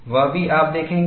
वह भी आप देखेंगे